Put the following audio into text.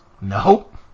Nope